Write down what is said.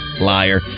Liar